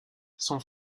son